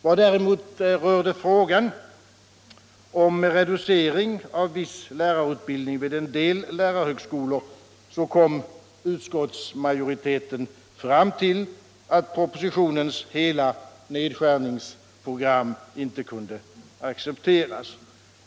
När det däremot gällde frågan om reducering av viss lärarutbildning vid en del lärarhögskolor kom utskottsmajoriteten fram till att propositionens hela nedskärningsprogram inte kunde accepteras.